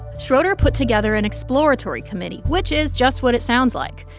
schroeder put together an exploratory committee, which is just what it sounds like.